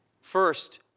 First